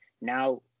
Now